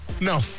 No